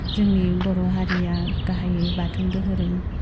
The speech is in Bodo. जोंनि बर' हारिया गाहायै बाथौ दोहोरोम